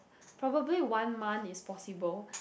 probably one month is possible